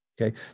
Okay